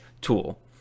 tool